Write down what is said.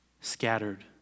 scattered